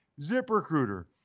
ZipRecruiter